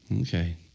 Okay